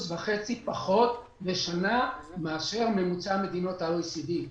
וחצי פחות לשנה מאשר ממוצע מדינות ה-OECD.